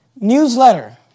newsletter